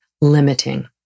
limiting